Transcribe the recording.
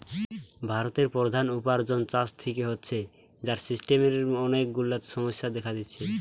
ভারতের প্রধান উপার্জন চাষ থিকে হচ্ছে, যার সিস্টেমের অনেক গুলা সমস্যা দেখা দিচ্ছে